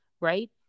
right